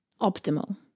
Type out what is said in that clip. optimal